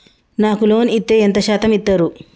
నాకు లోన్ ఇత్తే ఎంత శాతం ఇత్తరు?